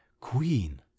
queen